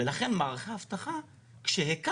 אז נוצרים המפרטים כמו שהם